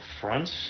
front